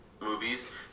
movies